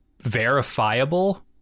verifiable